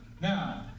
Now